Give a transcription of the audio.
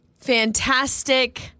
Fantastic